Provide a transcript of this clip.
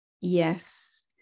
yes